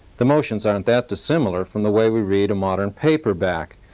the motions aren't that dissimilar from the way we read a modern paperback,